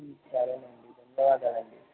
సరేనండి ధన్యావాదాలు అండి